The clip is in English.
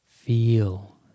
Feel